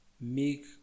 make